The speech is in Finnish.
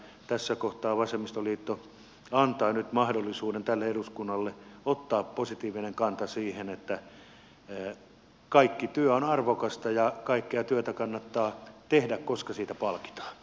tässä kohtaa vasemmistoliitto antaa nyt mahdollisuuden tälle eduskunnalle ottaa positiivinen kanta siihen että kaikki työ on arvokasta ja kaikkea työtä kannattaa tehdä koska siitä palkitaan